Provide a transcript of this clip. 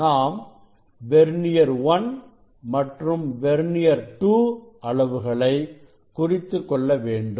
நாம் வெர்னியர் 1 மற்றும் வெர்னியர்2 அளவுகளை குறித்துக்கொள்ள வேண்டும்